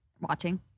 watching